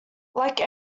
like